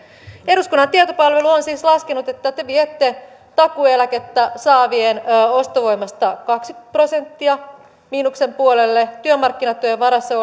eduskunnan tietopalvelu on siis laskenut että te te viette takuueläkettä saavien ostovoimasta kaksi prosenttia miinuksen puolelle työmarkkinatuen varassa